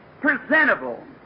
presentable